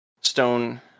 stone